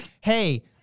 Hey